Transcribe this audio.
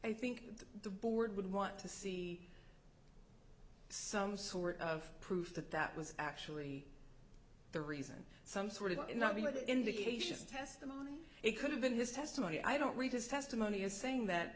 i think the board would want to see some sort of proof that that was actually the reason some sort of indication testimony it could have been his testimony i don't read his testimony is saying that